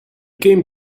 came